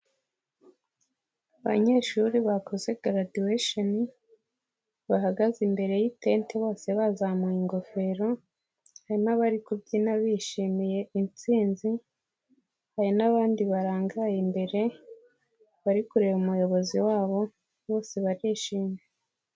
Abanyeshuri bakoze garaduwesheni, bahagaze imbere y'itente bose bazamuye ingofero, hari n'abari kubyina bishimiye intsinzi, hari n'abandi barangaye imbere, bari kureba umuyobozi wabo, bose barishimye.